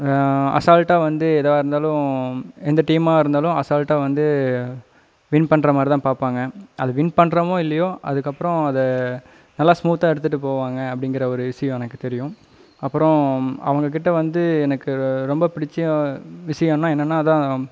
அசால்ட்டாக வந்து எதுவாக இருந்தாலும் எந்த டீமாக இருந்தாலும் அசால்ட்டாக வந்து வின் பண்ணுற மாதிரி தான் பார்ப்பாங்க அது வின் பண்ணுறமோ இல்லையோ அதுக்கப்புறம் அதை நல்லா ஸ்மூத்தாக எடுத்துட்டு போவாங்க அப்படிங்கிற ஒரு விஷயம் எனக்கு தெரியும் அப்புறம் அவங்கக்கிட்டே வந்து எனக்கு ரொம்ப பிடித்த விஷயன்னா என்னன்னா அதான்